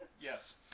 Yes